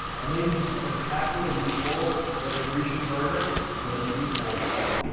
i made these spectacular meatballs they are the grecian burger but in the meatball form.